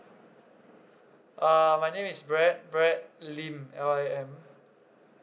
uh my name is brad brad lim L I M